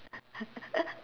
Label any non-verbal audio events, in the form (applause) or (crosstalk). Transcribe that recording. (laughs)